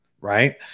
right